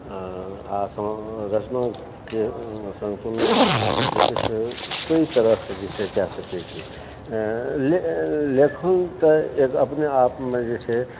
रचनाके सन्तुलन जैसे से कइ तरह जे से कए सकय छै लेखन तऽ एक अपने आपमे जे छै